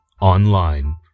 Online